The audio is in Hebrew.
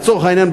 לצורך העניין,